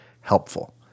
helpful